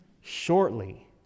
shortly